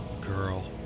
girl